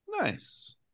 nice